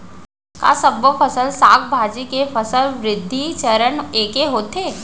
का सबो फसल, साग भाजी के फसल वृद्धि चरण ऐके होथे?